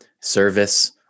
service